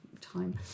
time